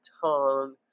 tongue